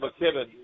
McKibben